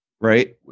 right